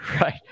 Right